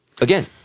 Again